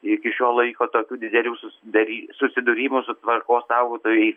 iki šio laiko tokių didelių susida susidūrimo su tvarkos saugotojais